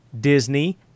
Disney